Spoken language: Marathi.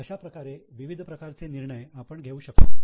अशाप्रकारे विविध प्रकारचे निर्णय आपण घेऊ शकतो